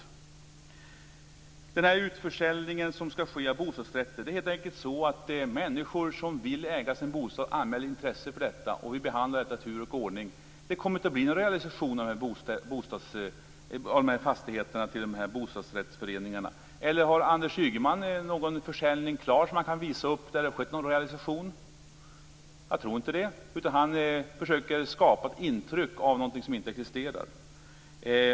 Vad gäller den utförsäljning av bostadsrätter som skall ske vill jag säga att det helt enkelt är så att människor som vill äga sin bostad anmäler intresse för detta. Vi behandlar ärendena i tur och ordning. Det kommer inte att bli någon realisation av fastigheter till bostadsrättsföreningar. Kan Anders Ygeman visa upp något exempel på en försäljning som är klar och där det har skett en realisation? Jag tror inte det. Han försöker skapa ett intryck av någonting som inte existerar.